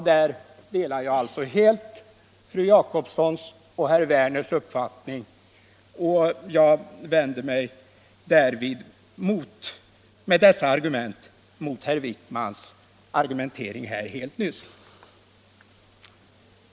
Där delar jag helt fru Jacobssons och herr Werners i Malmö uppfattning. Jag vänder mig med dessa argument mot herr Wijkmans argumentering helt nyss.